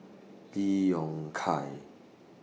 Lee Yong Kiat